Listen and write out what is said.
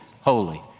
holy